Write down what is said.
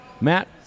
Matt